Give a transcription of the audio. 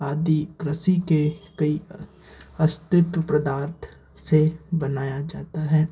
आदि कृषि के कई अस्तित्व पदार्थ से बनाया जाता है